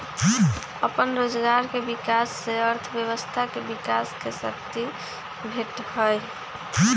अप्पन रोजगार के विकास से अर्थव्यवस्था के विकास के शक्ती भेटहइ